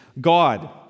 God